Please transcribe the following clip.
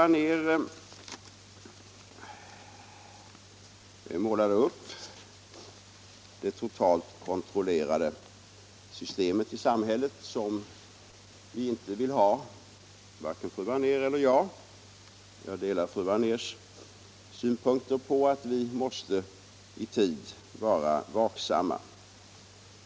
Fru Anér målar upp det totalt kontrollerade systemet i samhället, något som varken fru Anér eller jag vill ha. Jag delar fru Anérs synpunkter när det gäller att vi måste vara vaksamma och i tid vidta åtgärder.